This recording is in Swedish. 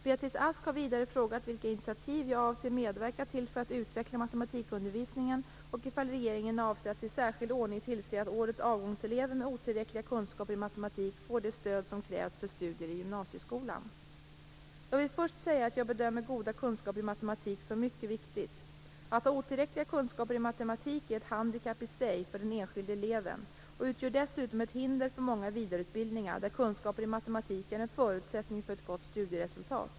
Beatrice Ask har vidare frågat vilka initiativ jag avser medverka till för att utveckla matematikundervisningen och ifall regeringen avser att i särskild ordning tillse att årets avgångselever med otillräckliga kunskaper i matematik får det stöd som krävs för studier i gymnasieskolan. Jag vill först säga att jag bedömer goda kunskaper i matematik som mycket viktigt. Att ha otillräckliga kunskaper i matematik är ett handikapp i sig för den enskilde eleven och utgör dessutom ett hinder för många vidareutbildningar där kunskaper i matematik är en förutsättning för ett gott studieresultat.